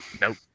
Nope